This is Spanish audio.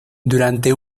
durante